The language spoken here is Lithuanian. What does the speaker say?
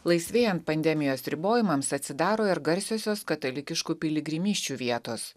laisvėjant pandemijos ribojimams atsidaro ir garsiosios katalikiškų piligrimysčių vietos